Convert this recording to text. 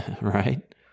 Right